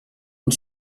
and